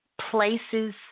places